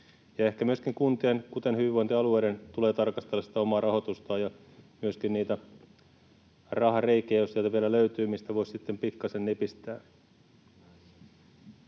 Ehkä myöskin kuntien kuten hyvinvointialueiden tulee tarkastella sitä omaa rahoitustaan ja myöskin niitä rahareikiä, jos sieltä vielä löytyy, mistä voisi sitten pikkasen nipistää.